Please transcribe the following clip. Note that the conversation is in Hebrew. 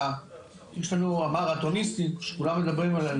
הוא אמר שכולם מדברים עלינו,